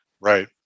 Right